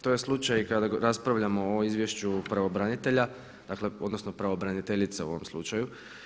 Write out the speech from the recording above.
To je slučaj i kada raspravljamo o izvješću pravobranitelja, dakle odnosno pravobraniteljice u ovom slučaju.